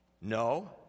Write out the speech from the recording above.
No